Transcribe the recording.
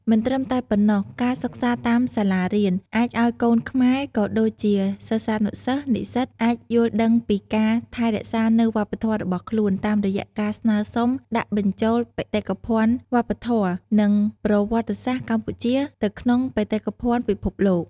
មិនត្រឹមតែប៉ុណ្ណោះ ការសិក្សាតាមសាលារៀន អាចអោយកូនខ្មែរ ក៏ដូចជាសិស្សានុសិស្ស និស្សិត អាចយល់ដឹងពីការថែរក្សានូវវប្បធម៏របស់ខ្លួន តាមរយៈការស្នើសុំដាក់បញ្ជូលបេតិកភ័ណ្ឌវប្បធម៌ និងប្រវត្តសាស្រ្តកម្ពុជាទៅក្នុងបេតិកភ័ណ្ឌពិភពលោក។